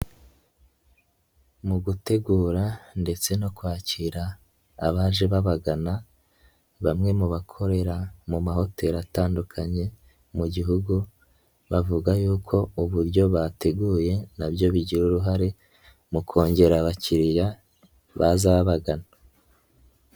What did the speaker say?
Mu gutegura ndetse no kwakira abaje babagana bamwe mu bakorera mu mahoteli atandukanye mu Gihugu bavuga yuko uburyo bateguye na byo bigira uruhare mu kongera abakiriya baza babagana.